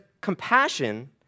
compassion